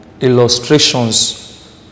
illustrations